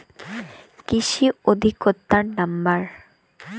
কৃষি অধিকর্তার নাম্বার?